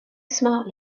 smart